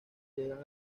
llegan